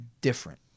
different